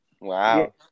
Wow